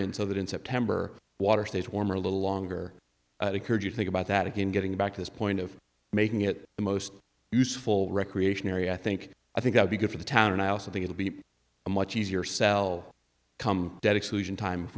in so that in september water stays warm or a little longer occurred you think about that again getting back to this point of making it the most useful recreation area i think i think i would be good for the town and i also think it'll be a much easier sell come dead exclusion time